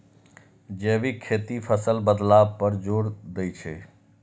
जैविक खेती फसल बदलाव पर जोर दै छै